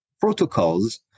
protocols